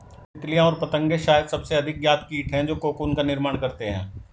तितलियाँ और पतंगे शायद सबसे अधिक ज्ञात कीट हैं जो कोकून का निर्माण करते हैं